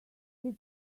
they